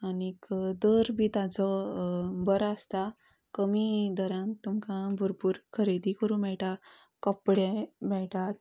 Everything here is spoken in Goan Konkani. आनी दर बी ताचो बरो आसता कमी दरांत तुमकां भरपूर खरेदी करूंक मेळटा कपडे मेळटात